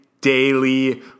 daily